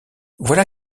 voilà